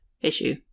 issue